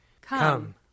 Come